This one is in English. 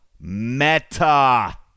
Meta